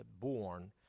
born